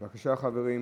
בבקשה, חברים.